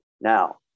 Now